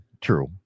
true